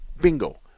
Bingo